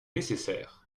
nécessaires